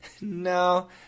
no